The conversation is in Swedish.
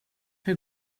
hur